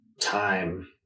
time